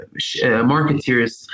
marketeers